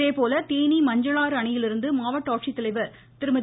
அதேபோல் தேனி மஞ்சளாறு அணையிலிருந்து மாவட்ட ஆட்சித்தலைவர் திருமதி